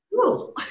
Cool